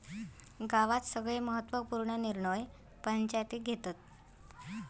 गावात सगळे महत्त्व पूर्ण निर्णय पंचायती घेतत